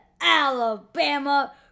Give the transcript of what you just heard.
Alabama